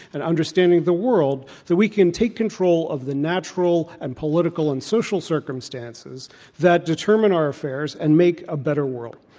and understanding the world that we can take control of the natural, and political, and social circumstances that determine our affairs and make a better world.